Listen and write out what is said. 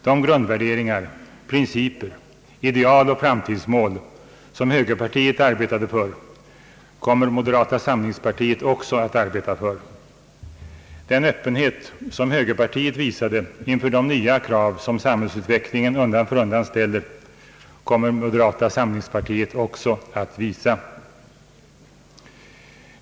De grundvärderingar, principer, ideal och framtidsmål som högerpartiet arbetade för kommer moderata samlingspartiet också att arbeta för. Den öppenhet som högerpartiet visade inför de nya krav som samhällsutvecklingen undan för undan ställer kommer moderata samlingspartiet också att visa.